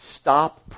stop